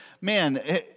man